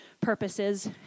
purposes